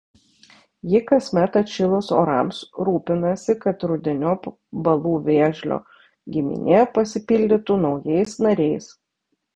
ji kasmet atšilus orams rūpinasi kad rudeniop balų vėžlio giminė pasipildytų naujais nariais